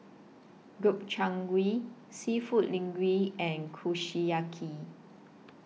Gobchang Gui Seafood Linguine and Kushiyaki